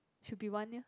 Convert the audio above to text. should be one year